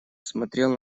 смотрел